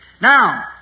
Now